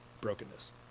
brokenness